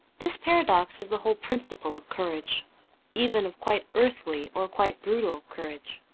this paradox is the whole principle of courage even of quite earthly or quite brutal courage.